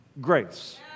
grace